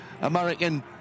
American